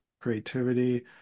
creativity